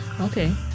Okay